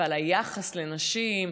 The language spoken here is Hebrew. וגם על היחס לנשים,